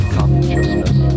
consciousness